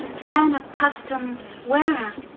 plan of customs warehouse.